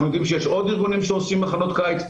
אנחנו יודעים שיש עוד ארגונים שעושים מחנות קיץ,